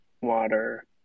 water